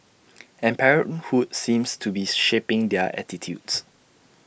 and parenthood seems to be shaping their attitudes